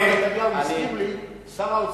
דווקא נתניהו הסכים,